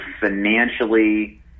financially